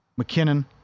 McKinnon